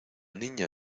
niña